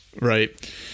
Right